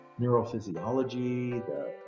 neurophysiology